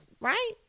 right